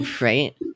Right